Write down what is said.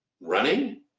running